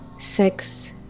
Six